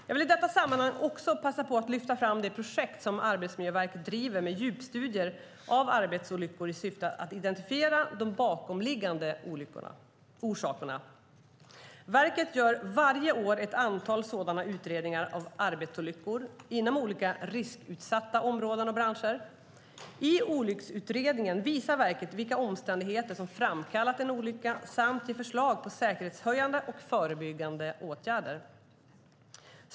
Jag vill i detta sammanhang också passa på att lyfta fram det projekt som Arbetsmiljöverket driver med djupstudier av arbetsolyckor i syfte att identifiera de bakomliggande orsakerna. Verket gör varje år ett antal sådana utredningar av arbetsolyckor inom olika riskutsatta områden och branscher. I olycksutredningen visar verket vilka omständigheter som framkallat en olycka samt ger förslag på säkerhetshöjande och förebyggande åtgärder.